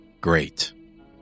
Great